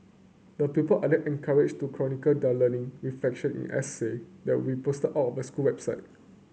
the pupil are then encouraged to chronicle learning reflection in essay that will posted on the school website